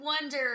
wonder